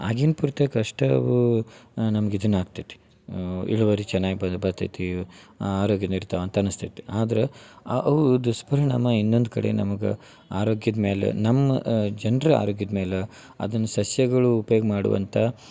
ಆಗಿನ ಪೂರ್ತ್ಯಾಕ ಅಷ್ಟೆ ಅವು ನಮ್ಗ ಇದನ್ನ ಆಗ್ತತಿ ಇಳುವರಿ ಚೆನ್ನಾಗಿ ಬರ್ತೈತಿ ಆರೋಗ್ಯ ನಡಿತಾವ ಅಂತ ಅನ್ನಸ್ತೈತಿ ಆದ್ರ ಆ ಅವು ದುಷ್ಪರಿಣಾಮ ಇನ್ನೊಂದು ಕಡೆ ನಮ್ಗೆ ಆರೋಗ್ಯದ ಮ್ಯಾಲ ನಮ್ಮ ಜನರ ಆರೋಗ್ಯದ ಮೇಲೆ ಅದನ್ನ ಸಸ್ಯಗಳು ಉಪ್ಯೋಗ ಮಾಡುವಂಥ